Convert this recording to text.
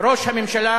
ראש הממשלה,